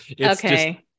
Okay